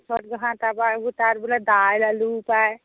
চ'ত বহাগ তাৰপা এইবোৰ তাত বোলে দাইল আলুও পায়